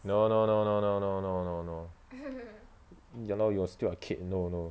no no no no no no no no no you're now you're still a kid no no